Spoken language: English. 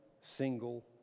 single